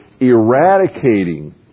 eradicating